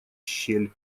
щель